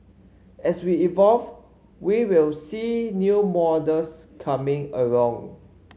as we evolve we will see new models coming along